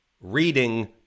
Reading